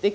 Men